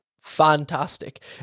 Fantastic